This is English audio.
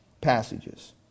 passages